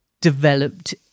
developed